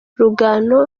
rugano